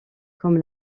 comme